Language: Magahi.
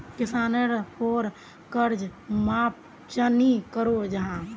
किसानेर पोर कर्ज माप चाँ नी करो जाहा?